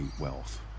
wealth